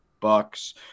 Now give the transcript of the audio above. Bucks